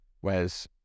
whereas